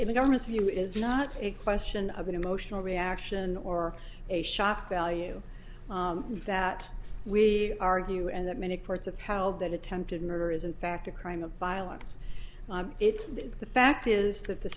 in the government's view is not a question of an emotional reaction or a shock value that we argue and that many parts of how that attempted murder is in fact a crime of violence if the fact is that the